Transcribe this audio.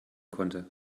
konnte